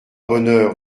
bonheur